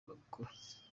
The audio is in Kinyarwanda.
babikora